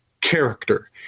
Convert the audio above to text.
character